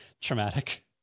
traumatic